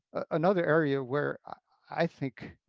another area where i think